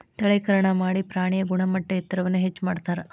ತಳೇಕರಣಾ ಮಾಡಿ ಪ್ರಾಣಿಯ ಗುಣಮಟ್ಟ ಎತ್ತರವನ್ನ ಹೆಚ್ಚ ಮಾಡತಾರ